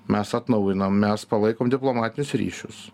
mes atnaujinam mes palaikom diplomatinius ryšius